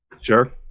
sure